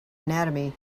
anatomy